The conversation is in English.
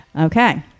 Okay